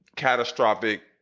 catastrophic